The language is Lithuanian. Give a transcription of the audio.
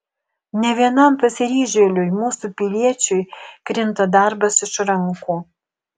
ne vienam pasiryžėliui mūsų piliečiui krinta darbas iš rankų